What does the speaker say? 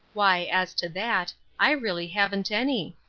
why as to that, i really haven't any.